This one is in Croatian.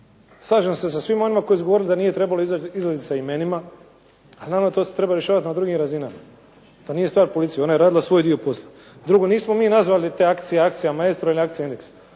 Slažem se sa svima onima koji su govorili da nije trebalo izlaziti sa imenima, naravno to se treba rješavati na drugim razinama. To nije stvar policije. Ona je radila svoj dio posla. Drugo, nismo mi nazvali te akcije akcija "Maestro ili akcija "Indeks".